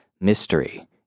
mystery